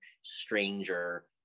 stranger